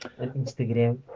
Instagram